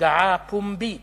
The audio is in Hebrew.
הודעה פומבית